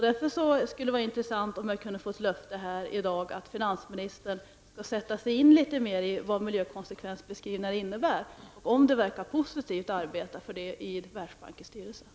Det skulle därför vara intressant om jag här i dag kunde få ett löfte av finansministern att han skall sätta sig in litet mer i vad miljökonsekvensbeskrivningar innebär och ett svar på om det vore positivt att arbeta för sådana i